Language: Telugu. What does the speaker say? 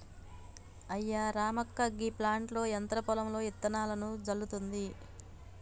అయ్యా రామక్క గీ ప్లాంటర్ యంత్రం పొలంలో ఇత్తనాలను జల్లుతుంది